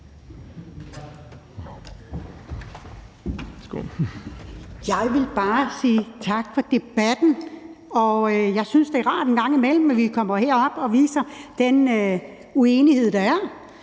Jeg vil bare sige tak fra debatten. Jeg synes, at det er rart en gang imellem, at vi kommer herop og viser den uenighed, der er.